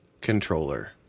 controller